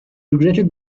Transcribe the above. regretted